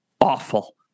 awful